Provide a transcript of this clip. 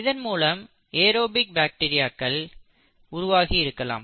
இதன் மூலம் ஏரோபிக் பாக்டீரியாக்கள் உருவாகியிருக்கலாம்